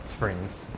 Springs